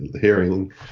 hearing